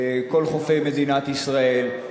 כל חופי מדינת ישראל.